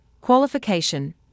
qualification